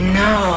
no